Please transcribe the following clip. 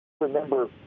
remember